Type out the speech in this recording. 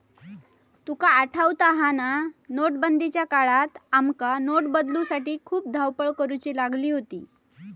तुका आठवता हा ना, नोटबंदीच्या काळात आमका नोट बदलूसाठी खूप धावपळ करुची लागली होती